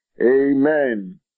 Amen